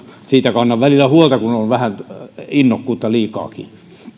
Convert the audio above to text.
siitä kannan välillä huolta kun on innokkuutta vähän liikaakin